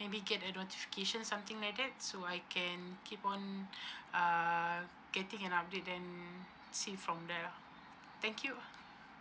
maybe get a notification something like that so I can keep on uh getting an update then see from there lah thank you